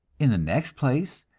in the next place,